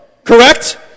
Correct